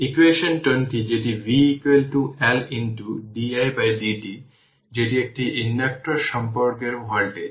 সুতরাং ইকুয়েশন 20 যেটি v L didt যেটি একটি ইন্ডাক্টর সম্পর্কের ভোল্টেজ